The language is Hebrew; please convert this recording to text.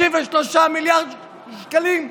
53 מיליארד שקלים,